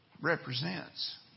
represents